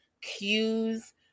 cues